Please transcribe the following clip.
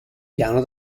piano